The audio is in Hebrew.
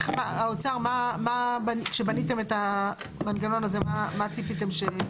האוצר, כשבניתם את המנגנון הזה, מה ציפיתם?